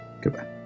Goodbye